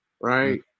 right